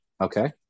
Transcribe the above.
Okay